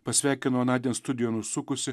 pasveikinau anądien studijon užsukusį